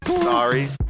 Sorry